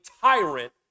tyrant